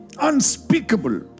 Unspeakable